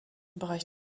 bereich